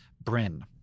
Bryn